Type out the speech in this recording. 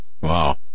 Wow